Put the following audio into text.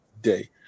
day